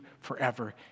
forever